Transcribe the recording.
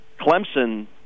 Clemson